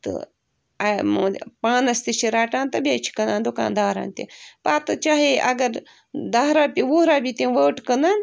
تہٕ پانس تہِ چھِ رَٹان تہٕ بیٚیہِ چھِ کٕنان دُکان دارن تہِ پتہٕ چاہے اگر دَہ رۄپیہِ وُہ رۄپیہِ تِم ؤٹ کٕنان